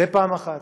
זה דבר אחד.